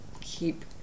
keep